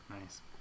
Nice